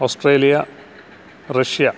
Australia Russia